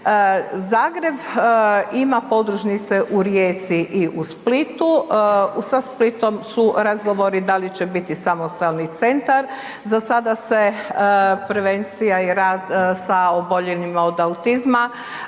Zagreb ima podružnice u Rijeci i u Splitu. Sa Splitom su razgovori da li će biti samostalni centar, za sada se prevencija i rad sa oboljelima od autizma